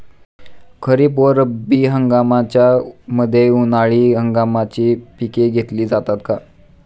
खरीप व रब्बी हंगामाच्या मध्ये उन्हाळी हंगामाची पिके घेतली जातात का?